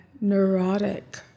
neurotic